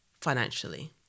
financially